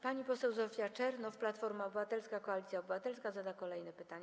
Pani poseł Zofia Czernow, Platforma Obywatelska - Koalicja Obywatelska zada kolejne pytanie.